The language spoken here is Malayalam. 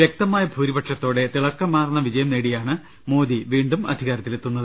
വ്യക്തമായ ഭൂരിപക്ഷത്തോടെ തിളക്കമാർന്ന വിജയം നേടിയാണ് മോദി വീണ്ടും അധികാരത്തിലെത്തുന്നത്